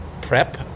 prep